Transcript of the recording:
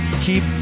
keep